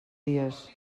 dies